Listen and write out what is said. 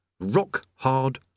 rock-hard